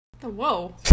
Whoa